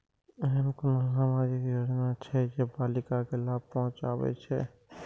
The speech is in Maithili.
ऐहन कुनु सामाजिक योजना छे जे बालिका के लाभ पहुँचाबे छे?